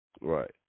Right